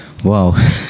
Wow